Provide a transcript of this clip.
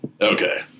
Okay